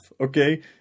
okay